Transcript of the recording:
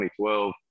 2012